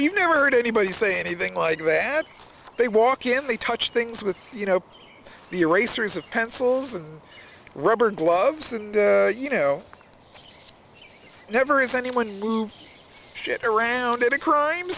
you never heard anybody say anything like that they walk in they touch things with you know the erasers of pencils and rubber gloves and you know never is anyone move shit around at a crime